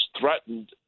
threatened